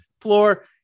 floor